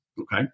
Okay